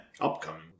Upcoming